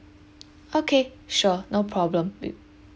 okay sure no problem with